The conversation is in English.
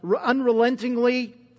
unrelentingly